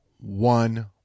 one